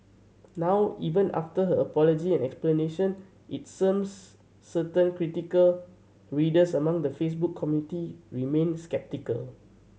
now even after her apology and explanation it certain critical readers among the Facebook community remained sceptical